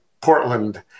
Portland